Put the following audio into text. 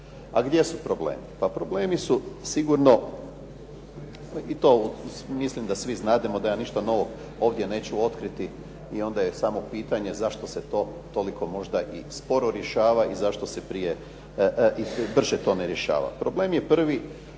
A gdje su problemi? Pa problemi su sigurno i to mislim da svi znademo, da ja ništa novo ovdje neću otkriti i onda je samo pitanje zašto se to toliko možda i sporo rješava i zašto se prije i brže to ne rješava. Problem je prvi